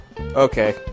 Okay